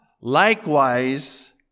likewise